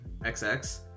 XX